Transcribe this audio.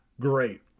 great